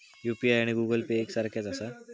UPI आणि Google Pay एक सारख्याच आसा?